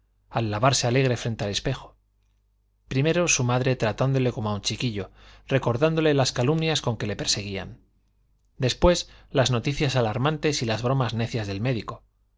al lavarse alegre frente al espejo primero su madre tratándole como a un chiquillo recordándole las calumnias con que le perseguían después las noticias alarmantes y las bromas necias del médico